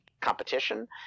competition